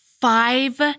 five